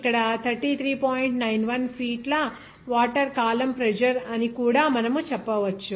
91 feet ల water column pressure అని కూడా మనము చెప్పవచ్చు